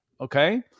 Okay